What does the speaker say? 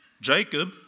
Jacob